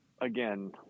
again